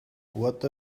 what